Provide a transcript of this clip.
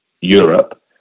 Europe